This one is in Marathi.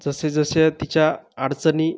जसे जसे तिच्या अडचणी